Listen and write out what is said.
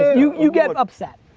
you you get upset.